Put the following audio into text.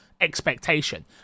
expectation